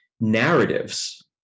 narratives